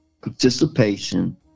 participation